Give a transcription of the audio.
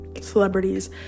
celebrities